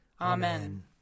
Amen